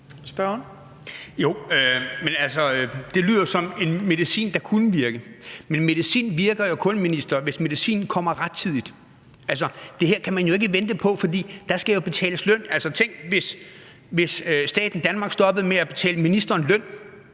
det lyder som en medicin, der kunne virke. Men medicinen virker jo kun, minister, hvis medicinen her kommer rettidigt. Altså, det her kan man ikke vente på, for der skal jo betales løn. Tænk, hvis Danmark stoppede med at betale ministeren løn.